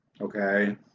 okay